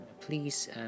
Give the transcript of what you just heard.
please